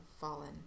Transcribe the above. fallen